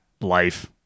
life